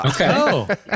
Okay